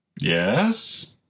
Yes